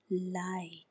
light